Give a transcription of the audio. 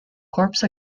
corpse